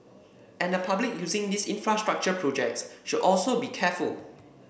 and the public using these infrastructure projects should also be careful